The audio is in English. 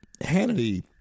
Hannity